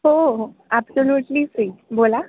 हो हो absolutely free बोला